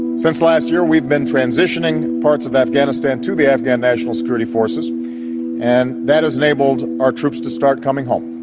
since last year we've been transitioning parts of afghanistan to the afghan national security forces and that has enabled our troops to start coming home.